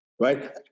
right